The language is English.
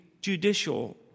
judicial